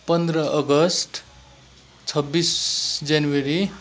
पन्ध्र अगस्त छब्बिस जनवरी